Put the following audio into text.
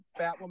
Batwoman